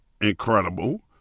incredible